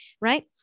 right